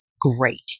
Great